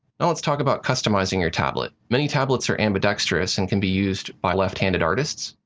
now let's talk about customizing your tablet. many tablets are ambidextrous and can be used by left-handed artists.